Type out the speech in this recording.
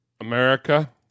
America